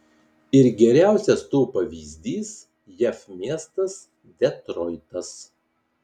ir geriausias to pavyzdys jav miestas detroitas